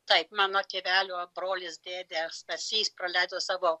taip mano tėvelio brolis dėdė stasys praleido savo